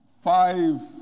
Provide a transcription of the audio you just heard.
Five